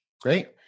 Great